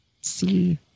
see